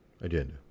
agenda